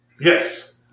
Yes